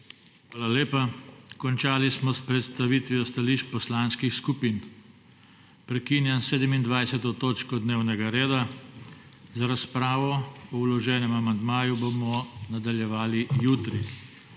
Hvala lepa. Končali smo s predstavitvijo stališč poslanskih skupin. Prekinjam 27. točko dnevnega reda. Z razpravo o vloženem amandmaju bomo nadaljevali jutri.